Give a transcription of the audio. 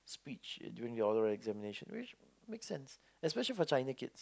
speech during your oral examination which make sense especially for China kids